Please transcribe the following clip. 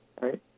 right